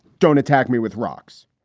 don't attack me with rocks